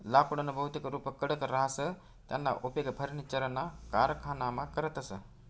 लाकुडनं भौतिक रुप कडक रहास त्याना उपेग फर्निचरना कारखानामा करतस